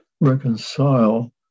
reconcile